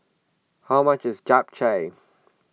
how much is Japchae